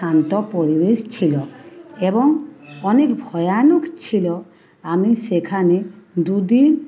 শান্ত পরিবেশ ছিল এবং অনেক ভয়ানক ছিল আমি সেখানে দুদিন